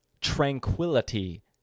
tranquility